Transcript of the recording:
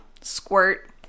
Squirt